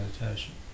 meditation